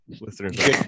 listeners